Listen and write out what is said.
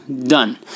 done